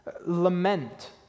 Lament